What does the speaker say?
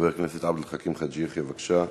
חבר הכנסת עבד אל חכים חאג' יחיא, בבקשה.